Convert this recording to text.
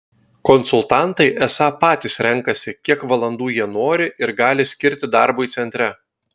konsultantai esą patys renkasi kiek valandų jie nori ir gali skirti darbui centre